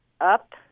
up